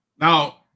Now